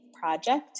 project